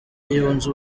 yunze